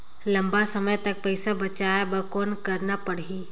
लंबा समय तक पइसा बचाये बर कौन करना पड़ही?